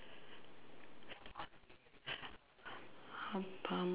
uh pharm~